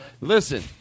listen